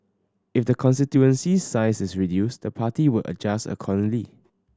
if the constituency's size is reduced the party would adjust accordingly